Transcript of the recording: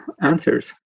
answers